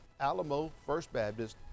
alamofirstbaptist